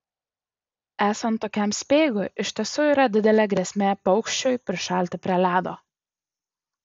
esant tokiam speigui iš tiesų yra didelė grėsmė paukščiui prišalti prie ledo